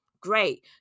great